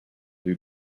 due